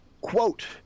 Quote